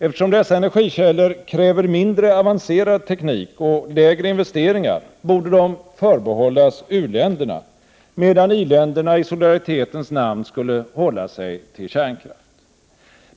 Eftersom dessa energikällor kräver mindre avancerad teknik och lägre investeringar borde de förbehållas u-länderna, medan i-länderna i solidaritetens namn skulle hålla sig till kärnkraft.